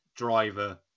driver